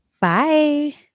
Bye